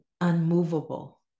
unmovable